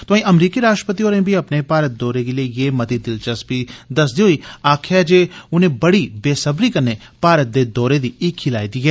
तोआई अमरीकी राष्ट्रपति होरें बी अपने भारत दौरे गी लेइयै मती दिलचस्पी दस्सदे होई आक्खेआ जे उनें बड़ी बेसब्री कन्नै भारत दे दौरे दी हीक्खी लाई दी ऐ